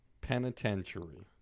Penitentiary